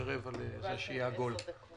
(הישיבה נפסקה בשעה 13:36 ונתחדשה בשעה 13:45.)